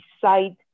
decide